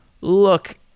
look